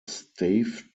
stave